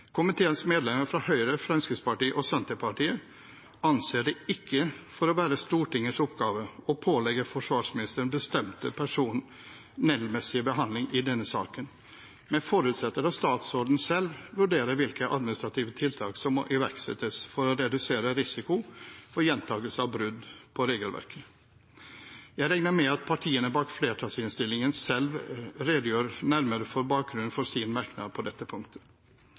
Komiteens medlemmer fra Høyre, Fremskrittspartiet og Senterpartiet anser det ikke å være Stortingets oppgave å pålegge forsvarsministeren bestemte personellmessige handlinger i denne saken, men forutsetter at statsråden selv vurderer hvilke administrative tiltak som må iverksettes for å redusere risiko for gjentakelse av brudd på regelverket. Jeg regner med at partiene bak flertallsinnstillingen selv redegjør nærmere for bakgrunnen for sin merknad på dette punktet.